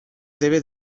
debe